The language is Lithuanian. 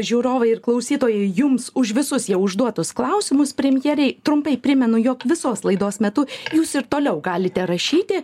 žiūrovai ir klausytojai jums už visus jau užduotus klausimus premjerei trumpai primenu jog visos laidos metu jūs ir toliau galite rašyti